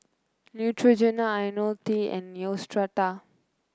Neutrogena IoniL T and Neostrata